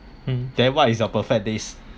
mm then what is your perfect days